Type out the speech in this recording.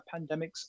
pandemics